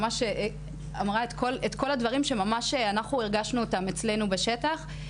ממש אמרה את כל הדברים שממש אנחנו הרגשנו אותם אצלנו בשטח.